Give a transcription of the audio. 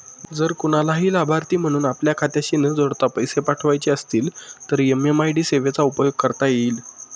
जर कुणालाही लाभार्थी म्हणून आपल्या खात्याशी न जोडता पैसे पाठवायचे असतील तर एम.एम.आय.डी सेवेचा उपयोग करता येईल